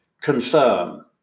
confirm